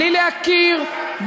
בלי להכיר,